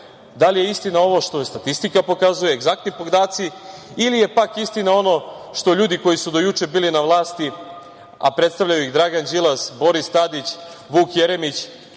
da li je istina ovo što statistika pokazuje, egzaktni podaci ili je, pak, istina ono što ljudi koji su do juče bili na vlasti, a predstavljaju ih Dragan Đilas, Boris Tadić, Vuk Jeremić,